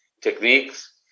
techniques